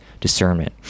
discernment